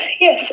yes